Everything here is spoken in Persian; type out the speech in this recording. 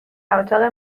اتاق